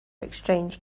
exchange